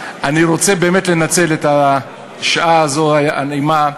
אני רוצה באמת לנצל את השעה הזו, הנעימה,